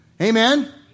Amen